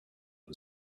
who